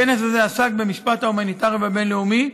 הכנס הזה עסק במשפט ההומניטרי הבין-לאומי,